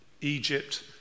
Egypt